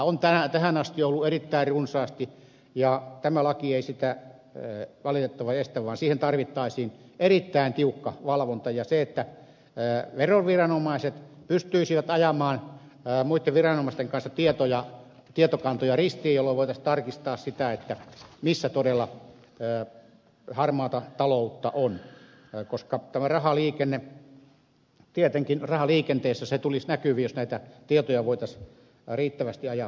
sitä on tähän asti ollut erittäin runsaasti ja tämä laki ei sitä valitettavasti estä vaan siihen tarvittaisiin erittäin tiukka valvonta ja se että veroviranomaiset pystyisivät ajamaan muitten viranomaisten kanssa tietokantoja ristiin jolloin voitaisiin tarkistaa missä todella harmaata taloutta on koska tämä tietenkin rahaliikenteessä tulisi näkyviin jos näitä tietoja voitaisiin riittävästi ajaa ristiin